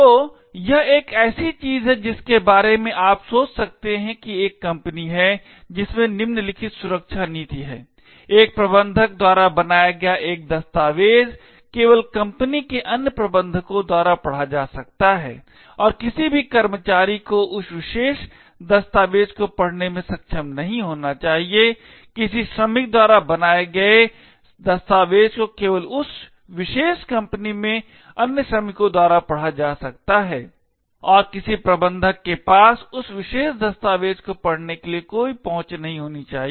तो यह एक ऐसी चीज है जिसके बारे में आप सोच सकते हैं कि एक कंपनी है जिसमें निम्नलिखित सुरक्षा नीति है एक प्रबंधक द्वारा बनाया गया एक दस्तावेज केवल कंपनी के अन्य प्रबंधकों द्वारा पढ़ा जा सकता है और किसी भी कर्मचारी को उस विशेष दस्तावेज़ को पढ़ने में सक्षम नहीं होना चाहिए किसी श्रमिक द्वारा बनाए गए दस्तावेज़ को केवल उस विशेष कंपनी में अन्य श्रमिकों द्वारा पढ़ा जा सकता है और किसी प्रबंधक के पास उस विशेष दस्तावेज़ को पढ़ने के लिए कोई पहुंच नहीं होनी चाहिए